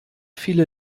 viele